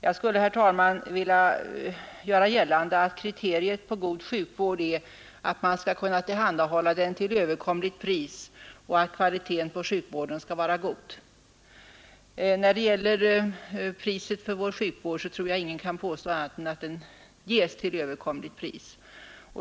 Jag skulle, herr talman, vilja göra gällande att kriteriet på god sjukvård är att man skall kunna tillhandahälla den till överkomligt pris och att kvaliteten på sjukvården skall vara hög. När det ler priset för vår sjukvärd tror jag inte att nägon kan påstå annat än att den ges till överkomligt pris.